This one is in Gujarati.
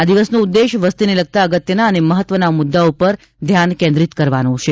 આ દિવસનો ઉદ્દેશ્ય વસતીને લગતા અગત્યના અને મહત્વના મુદ્દાઓ પર ધ્યાન કેન્દ્રીત કરવાનો છે